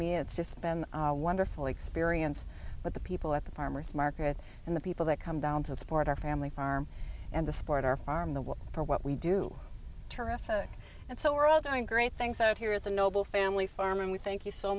me it's just been wonderful experience but the people at the farmers market and the people that come down to support our family farm and the support our farm the work for what we do terrific and so we're all time great things out here at the noble family farm and we thank you so